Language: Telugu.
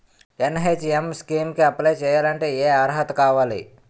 ఎన్.హెచ్.ఎం స్కీమ్ కి అప్లై చేయాలి అంటే ఏ అర్హత కావాలి?